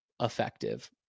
effective